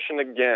again